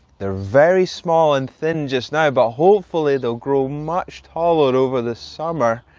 they're very small and thin just now, but hopefully they'll grow much taller over the summer.